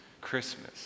Christmas